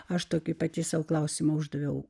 aš tokį pati sau klausimą uždaviau